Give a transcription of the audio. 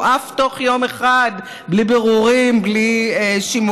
הוא עף תוך יום אחד, בלי בירורים, בלי שימועים.